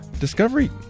Discovery